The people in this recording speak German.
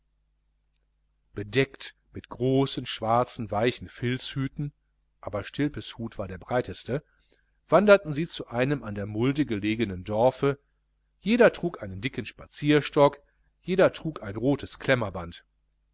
bedeckt mit großen schwarzen weichen filzhüten aber stilpes hut war der breiteste wanderten sie zu einem an der mulde gelegenen dorfe jeder trug einen dicken spazierstock jeder trug ein rotes